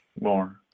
more